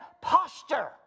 posture